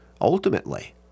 ultimately